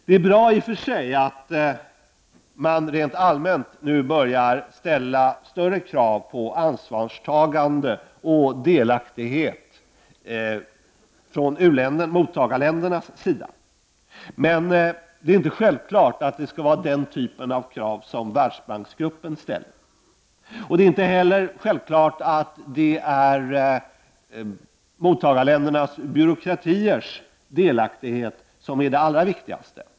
Det är i och för sig bra att man rent allmänt nu börjar ställa större krav på ansvarstagande och delaktighet från mottagarländernas sida. Men det är inte självklart att det skall vara de krav som världsbanksgruppen ställer. Det är inte självklart att det är mottagarländernas byråkratiers delaktighet som är allra viktigast.